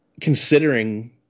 considering